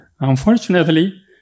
Unfortunately